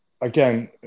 again